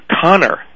Connor